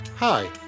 Hi